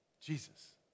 Jesus